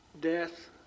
death